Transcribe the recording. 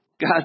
God